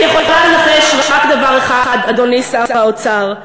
אני יכולה לנחש רק דבר אחד, אדוני שר האוצר: